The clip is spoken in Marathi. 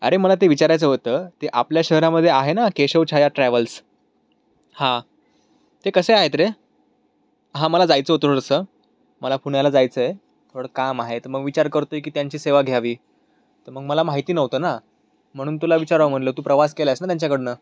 अरे मला ते विचारायचं होतं ते आपल्या शहरामध्ये आहे ना केशव छाया ट्रॅव्हल्स हा ते कसे आहेत रे हा मला जायचं होतं थोडसं मला पुण्याला जायचं आहे थोडं काम आहे तर मग विचार करतो आहे की त्यांची सेवा घ्यावी तर मग मला माहिती नव्हतं ना म्हणून तुला विचारावं म्हणलं तू प्रवास केलास ना त्यांच्याकडनं